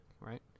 right